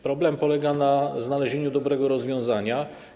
Problem polega na znalezieniu dobrego rozwiązania.